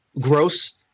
gross